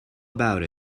about